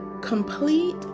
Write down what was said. complete